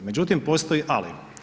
Međutim, postoji ali.